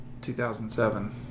2007